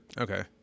Okay